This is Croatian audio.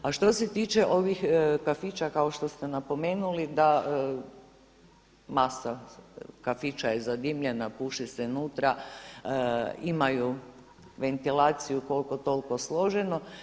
A što se tiče ovih kafića kao što ste napomenuli da masa kafića je zadimljena, puši se nutra, imaju ventaliciju kolko tolko složenu.